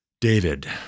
David